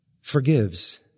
forgives